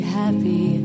happy